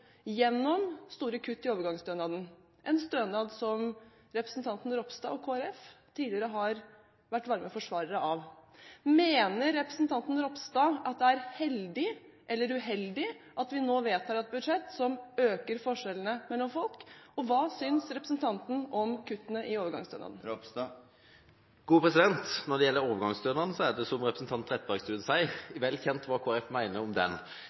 gjennom store kutt i overgangsstønaden, en stønad som representanten Ropstad og Kristelig Folkeparti tidligere har vært varme forsvarere av. Mener representanten Ropstad at det er heldig eller uheldig at vi nå vedtar et budsjett som øker forskjellene mellom folk, og hva synes representanten om kuttene i overgangsstønaden? Når det gjelder overgangsstønaden, er det, som representanten Trettebergstuen sier, vel kjent hva Kristelig Folkeparti mener om den.